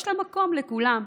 יש מקום לכולם,